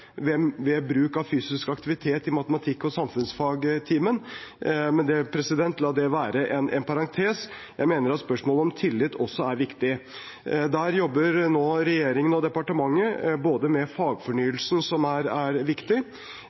ved bruk av fysisk aktivitet i matematikktimen og samfunnsfagtimen – men la det være en parentes. Jeg mener at spørsmålet om tillit er viktig. Regjeringen og departementet jobber nå med fagfornyelsen – som er viktig